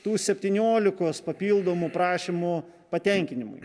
tų septyniolikos papildomų prašymų patenkinimui